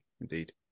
indeed